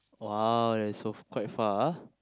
!wow! that's so quite far ah